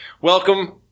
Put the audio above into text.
Welcome